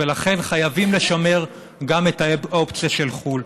ולכן חייבים לשמר גם את האופציה של חו"ל.